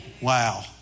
Wow